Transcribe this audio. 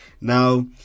Now